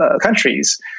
countries